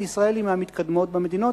וישראל היא מהמתקדמות במדינות.